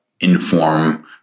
inform